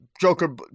Joker